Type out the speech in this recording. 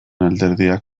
alderdiak